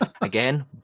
Again